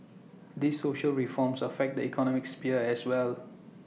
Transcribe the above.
these social reforms affect the economic sphere as well